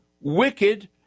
wicked